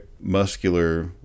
muscular